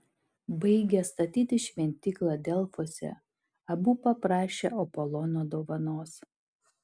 baigę statyti šventyklą delfuose abu paprašė apolono dovanos